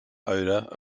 odour